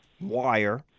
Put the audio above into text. wire